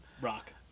rock